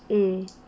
mm